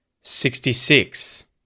sixty-six